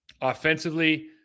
Offensively